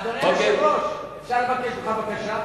אדוני היושב-ראש, אפשר לבקש ממך בקשה?